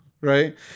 right